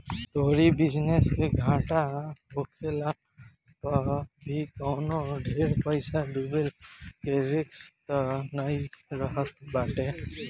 तोहरी बिजनेस के घाटा होखला पअ भी कवनो ढेर पईसा डूबला के रिस्क तअ नाइ रहत बाटे